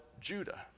Judah